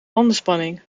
bandenspanning